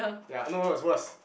ya no no it's worse